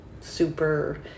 super